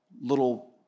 little